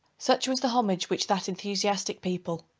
such was the homage which that enthusiastic people,